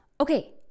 okay